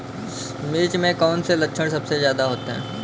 मिर्च में कौन से लक्षण सबसे ज्यादा होते हैं?